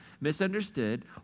misunderstood